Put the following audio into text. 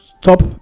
stop